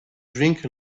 drink